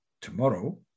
tomorrow